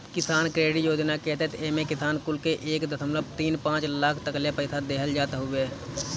किसान क्रेडिट योजना के तहत एमे किसान कुल के एक दशमलव तीन पाँच लाख तकले पईसा देहल जात हवे